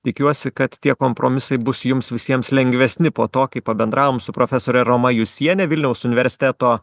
tikiuosi kad tie kompromisai bus jums visiems lengvesni po to kai pabendravom su profesore ir roma jusiene vilniaus universiteto